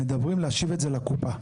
מדברים להשיב את זה לקופה.